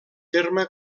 terme